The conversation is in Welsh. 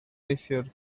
neithiwr